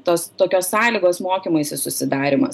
tos tokios sąlygos mokymuisi susidarymas